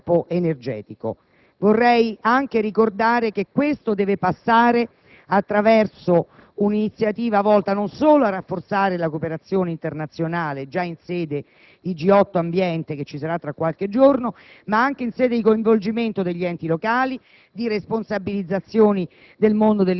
e la ricerca in campo energetico. Ciò deve passare attraverso un'iniziativa volta non solo a rafforzare la cooperazione internazionale già in sede di G8 Ambiente (che avrà luogo tra qualche giorno), ma anche in sede di coinvolgimento degli enti locali,